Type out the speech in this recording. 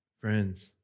Friends